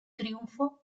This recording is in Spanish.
triunfo